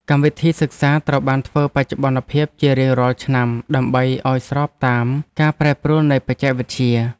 កម្មវិធីសិក្សាត្រូវបានធ្វើបច្ចុប្បន្នភាពជារៀងរាល់ឆ្នាំដើម្បីឱ្យស្របតាមការប្រែប្រួលនៃបច្ចេកវិទ្យា។